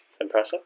Impressive